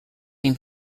been